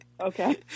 okay